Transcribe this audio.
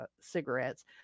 cigarettes